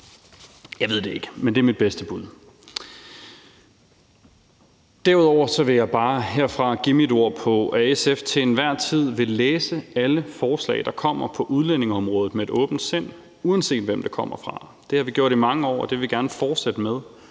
Jeg ved det ikke, men det er mit bedste bud. Derudover vil jeg bare herfra give mit ord på, at SF til enhver tid vil læse alle forslag, der kommer på udlændingeområdet, med et åbent sind, uanset hvem de kommer fra. Det har vi gjort i mange år, og det vil vi gerne fortsætte med.